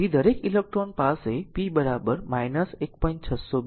તેથી દરેક ઇલેક્ટ્રોન પાસે p 1